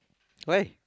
why